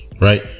right